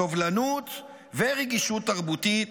סובלנות ורגישות תרבותית,